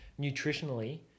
nutritionally